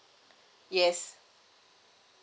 yes